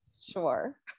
Sure